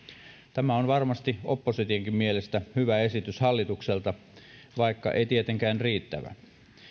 tämä on varmasti oppositionkin mielestä hyvä esitys hallitukselta vaikka ei tietenkään riittävä